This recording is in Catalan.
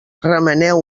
remeneu